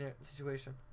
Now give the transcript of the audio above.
situation